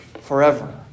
forever